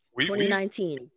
2019